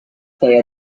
play